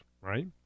right